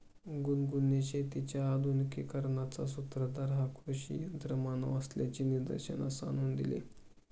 गुनगुनने शेतीच्या आधुनिकीकरणाचा सूत्रधार हा कृषी यंत्रमानव असल्याचे निदर्शनास आणून दिले